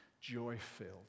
joy-filled